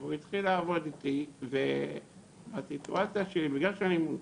והוא התחיל לעבוד איתי והסיטואציה שבגלל שאני מונשם,